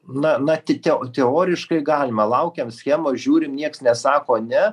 na na tik teo teoriškai galima laukiam schemos žiūrim nieks nesako ne